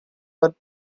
but